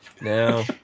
Now